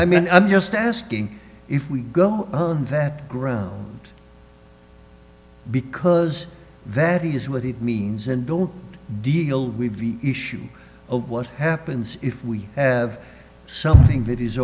i mean i'm just asking if we go on that ground because that is what it means and don't deal with issues what happens if we have something that is